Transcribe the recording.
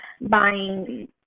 buying